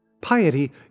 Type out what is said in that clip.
Piety